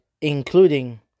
including